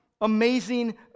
amazing